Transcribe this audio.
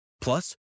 Plus